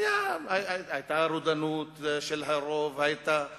היתה רודנות של הרוב, היתה דורסנות,